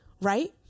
right